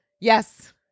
Yes